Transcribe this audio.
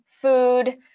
food